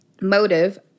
motive